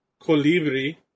Colibri